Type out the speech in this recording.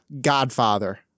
Godfather